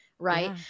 Right